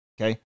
Okay